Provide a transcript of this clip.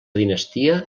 dinastia